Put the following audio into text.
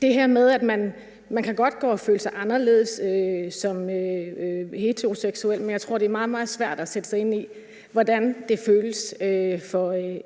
selv berørt. Man kan godt gå og føle sig anderledes som heteroseksuel, men jeg tror, det er meget, meget svært at sætte sig ind i, hvordan det føles for